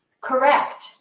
correct